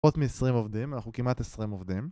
עוד מעשרים עובדים אנחנו כמעט עשרים עובדים